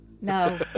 No